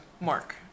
Mark